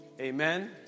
Amen